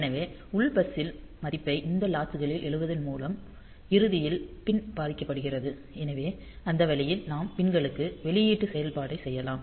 எனவே உள் பஸ் ஸின் மதிப்பை இந்த லாட்சு ல் எழுதுவதன் மூலம் இறுதியில் பின் பாதிக்கப்படுகிறது எனவே அந்த வழியில் நாம் பின் களுக்கு வெளியீட்டு செயல்பாட்டை செய்யலாம்